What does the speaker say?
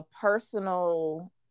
personal